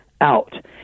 out